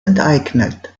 enteignet